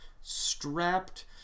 strapped